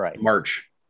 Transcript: March